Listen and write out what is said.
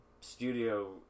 studio